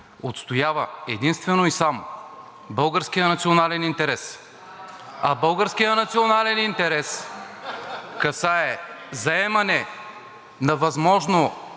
касае заемане на възможно най-адекватната позиция спрямо актуалната ситуация на конфликта в Украйна…